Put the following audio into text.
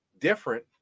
different